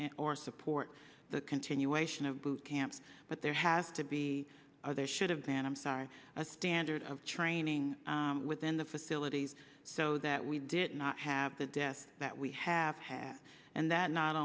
or support the continuation of boot camps but there has to be are there should have been an i'm sorry a standard of training within the facilities so that we did not have the death that we have had and that not